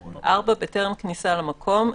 (4) בטרם כניסה למקום,